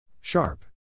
Sharp